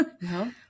no